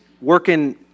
working